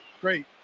Great